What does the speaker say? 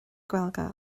gaeilge